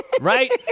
Right